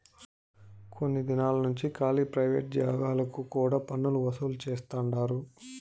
కొన్ని దినాలు నుంచి కాలీ ప్రైవేట్ జాగాలకు కూడా పన్నులు వసూలు చేస్తండారు